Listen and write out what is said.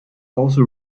also